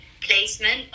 placement